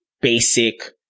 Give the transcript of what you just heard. basic